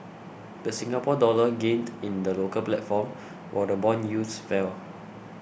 the Singapore Dollar gained in the local platform while bond yields fell